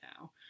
now